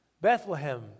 Bethlehem